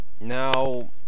now